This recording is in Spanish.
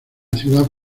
ciudad